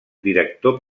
director